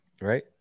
Right